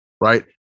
Right